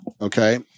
okay